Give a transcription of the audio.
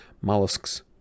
mollusks